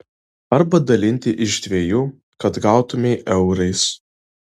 arba dalinti iš dviejų kad gautumei eurais